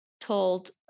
told